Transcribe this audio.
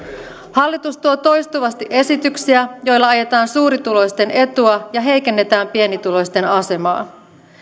hallitus tuo toistuvasti esityksiä joilla ajetaan suurituloisten etua ja heikennetään pienituloisten asemaa